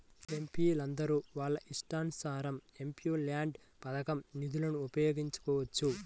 ఎంపీలందరూ వాళ్ళ ఇష్టానుసారం ఎంపీల్యాడ్స్ పథకం నిధులను ఉపయోగించుకోవచ్చు